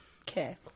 Okay